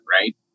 Right